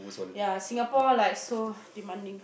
ya Singapore like so demanding